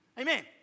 Amen